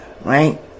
Right